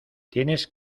tienes